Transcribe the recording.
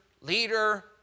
leader